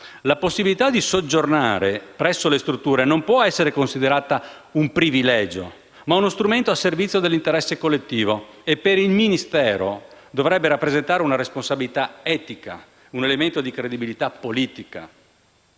La possibilità di soggiornare presso le strutture non può essere considerata un privilegio ma uno strumento a servizio dell'interesse collettivo e per il Ministero dovrebbe rappresentare una responsabilità etica, un elemento di credibilità politica.